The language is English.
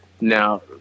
now